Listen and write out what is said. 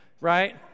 Right